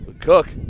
Cook